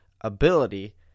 ability